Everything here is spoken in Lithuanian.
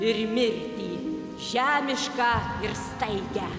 ir mirtį žemišką ir staigią